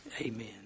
Amen